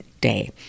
day